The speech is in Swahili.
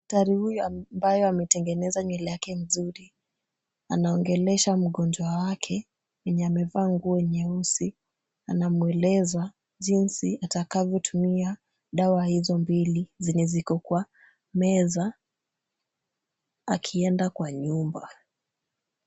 Daktari huyu ambayo ametengeneza nywele yake vizuri, anaongelesha mgonjwa wake mwenye amevaa nguo nyeusi, anamweleza jinsi atakavyotumia dawa hizo mbili zenye ziko kwa meza, akienda kwa nyumba.